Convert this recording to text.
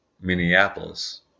Minneapolis